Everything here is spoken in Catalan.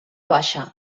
baixa